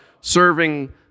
serving